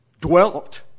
dwelt